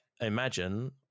imagine